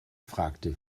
fragte